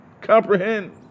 Comprehend